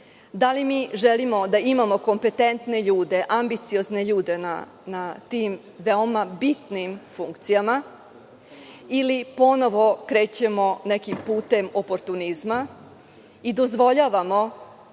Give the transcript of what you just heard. da li mi želimo da imamo kompetentne ljude, ambiciozne ljude na tim veoma bitnim funkcijama ili ponovo krećemo nekim putem oportunizma i dozvoljavamo